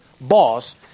boss